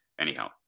anyhow